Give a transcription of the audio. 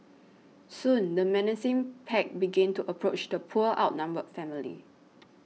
soon the menacing pack began to approach the poor outnumbered family